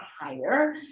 higher